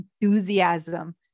enthusiasm